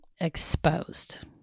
exposed